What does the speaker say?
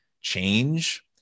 change